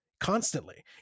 constantly